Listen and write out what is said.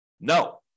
No